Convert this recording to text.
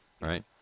right